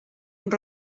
uns